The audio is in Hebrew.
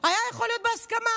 היה יכול להיות בהסכמה.